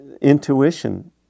intuition